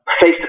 face